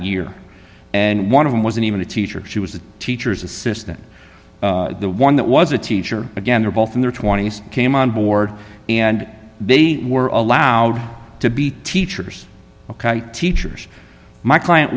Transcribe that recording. year and one of them wasn't even a teacher she was a teacher's assistant the one that was a teacher again they're both in their twenty's came on board and they were allowed to be teachers teachers my client